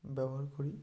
ব্যবহার করি